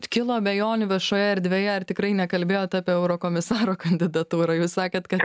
kilo abejonių viešoje erdvėje ar tikrai nekalbėjot apie eurokomisaro kandidatūrą jūs sakėt kad